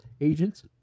agents